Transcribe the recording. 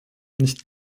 nicht